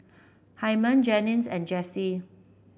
Hyman Jennings and Jessee